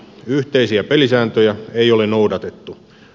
yhteisiä pelisääntöjä ei ole noudatettu